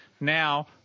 Now